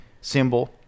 symbol